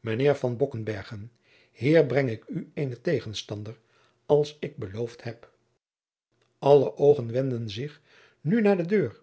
mijnheer van bokkenbergen hier breng ik u eenen tegenstander als ik beloofd heb alle oogen wendden zich nu naar de deur